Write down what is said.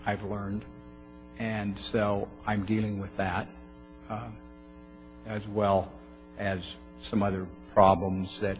i've learned and sell i'm dealing with that as well as some other problems that